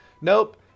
Nope